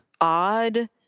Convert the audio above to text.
odd